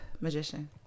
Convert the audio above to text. magician